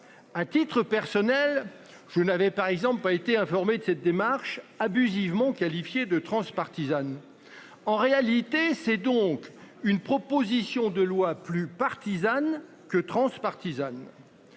À titre personnel, je n'avais par exemple pas été informé de cette démarche abusivement qualifié de transpartisane. En réalité, c'est donc une proposition de loi plus partisane que transpartisane.